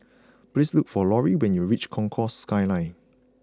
please look for Lauri when you reach Concourse Skyline